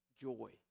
joy